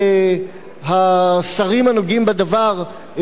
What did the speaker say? השרים הנוגעים בדבר,